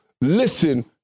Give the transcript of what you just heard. listen